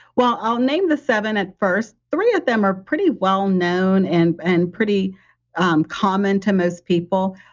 well, i'll name the seven at first. three of them are pretty well-known and and pretty um common to most people.